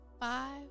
five